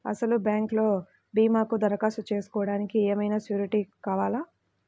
అసలు బ్యాంక్లో భీమాకు దరఖాస్తు చేసుకోవడానికి ఏమయినా సూరీటీ కావాలా?